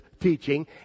teaching